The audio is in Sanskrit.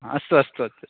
हा अस्तु अस्तु आचार्य